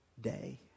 day